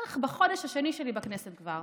בערך בחודש השני שלי בכנסת כבר